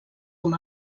com